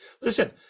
Listen